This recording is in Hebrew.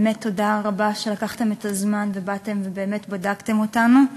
באמת תודה רבה שלקחתם את הזמן ובאתם ובדקתם אותנו.